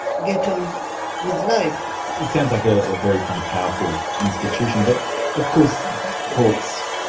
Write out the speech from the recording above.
get on with life. it sounds like a very kind of powerful institution. but of course courts,